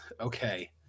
Okay